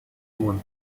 even